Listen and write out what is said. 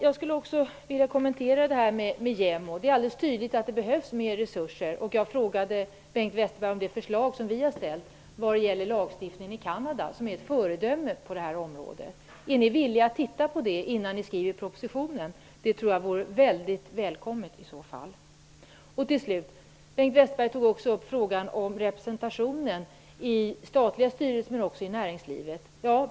Jag skulle vilja kommentera frågan om JämO. Det är alldeles tydligt att det behövs mer resurser. Jag frågade Bengt Westerberg vad han anser om vårt förslag angående lagstiftningen i Canada -- som är ett föredöme på området. Är ni villiga att titta på förslaget innan ni skriver propositionen? Det vore välkommet. Bengt Westerberg tog också upp frågan om representationen i statliga styrelser och i näringslivet.